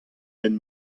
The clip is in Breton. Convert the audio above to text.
benn